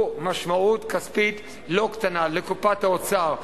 הוא בעל משמעות כספית לא קטנה לקופת האוצר,